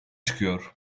çıkıyor